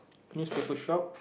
newspaper shop